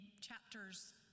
chapters